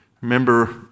Remember